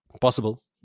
possible